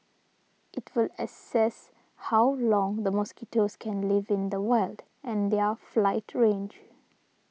it will assess how long the mosquitoes can live in the wild and their flight range